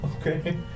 Okay